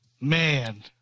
Man